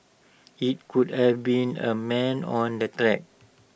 IT could have been A man on the track